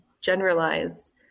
generalize